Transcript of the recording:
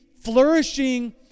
flourishing